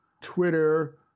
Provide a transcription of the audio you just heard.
Twitter